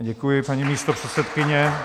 Děkuji, paní místopředsedkyně.